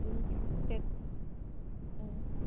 set ꯎꯝ